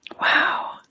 Wow